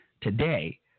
today –